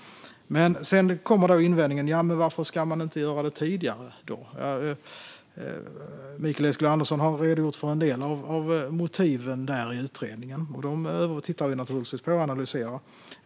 Men sedan kommer invändningen: Varför ska man inte göra det tidigare? Mikael Eskilandersson har redogjort för en del av motiven i utredningen, och dem tittar vi naturligtvis på och analyserar.